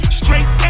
straight